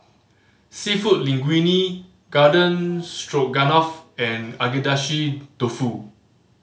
Seafood Linguine Garden Stroganoff and Agedashi Dofu